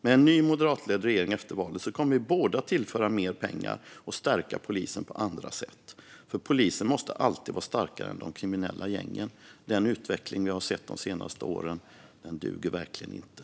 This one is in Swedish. Med en ny, moderatledd regering efter valet kommer vi att både tillföra mer pengar och stärka polisen på andra sätt. För polisen måste alltid vara starkare än de kriminella gängen. Den utveckling vi har sett de senaste åren duger verkligen inte.